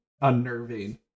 unnerving